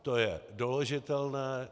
To je doložitelné.